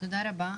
תודה רבה,